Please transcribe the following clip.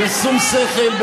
בשום שכל,